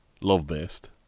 love-based